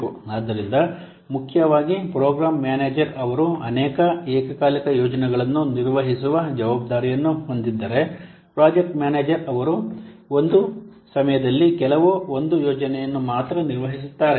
ಆದ್ದರಿಂದ ಮುಖ್ಯವಾಗಿ programme manager ಅವರು ಅನೇಕ ಏಕಕಾಲಿಕ ಯೋಜನೆಗಳನ್ನು ನಿರ್ವಹಿಸುವ ಜವಾಬ್ದಾರಿಯನ್ನು ಹೊಂದಿದ್ದರೆ ಪ್ರಾಜೆಕ್ಟ್ ಮ್ಯಾನೇಜರ್ ಅವರು ಒಂದು ಸಮಯದಲ್ಲಿ ಕೇವಲ ಒಂದು ಯೋಜನೆಯನ್ನು ಮಾತ್ರ ನಿರ್ವಹಿಸುತ್ತಾರೆ